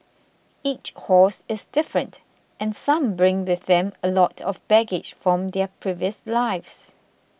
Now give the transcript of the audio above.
each horse is different and some bring with them a lot of baggage from their previous lives